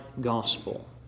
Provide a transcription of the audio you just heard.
gospel